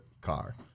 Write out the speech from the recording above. car